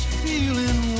feeling